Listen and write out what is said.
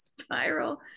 spiral